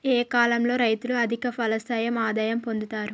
ఏ కాలం లో రైతులు అధిక ఫలసాయం ఆదాయం పొందుతరు?